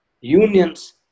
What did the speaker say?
Unions